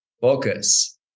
focus